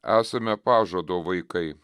esame pažado vaikai